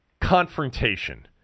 confrontation